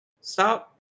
stop